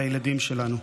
לילדים שלנו.